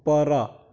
ଉପର